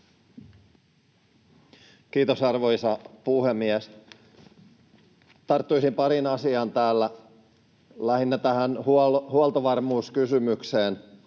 Kiitos, arvoisa puhemies! Tarttuisin pariin asiaan täällä, lähinnä tähän huoltovarmuuskysymykseen.